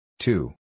Two